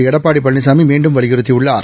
எடப்பாடி பழனிசாமி மீண்டும் வலியுறுத்தியுள்ளார்